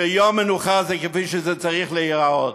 שיום מנוחה זה כפי שזה צריך להיראות,